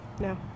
No